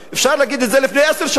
אפשר היה להגיד את זה לפני עשר שנים,